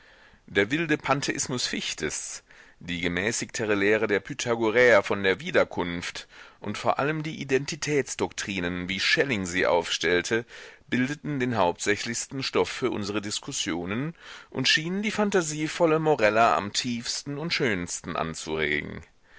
der wilde pantheismus fichtes die gemäßigtere lehre der pythagoräer von der wiederkunft und vor allem die identitätsdoktrinen wie schelling sie aufstellte bildeten den hauptsächlichsten stoff für unsere diskussionen und schienen die phantasievolle morella am tiefsten und schönsten anzuregen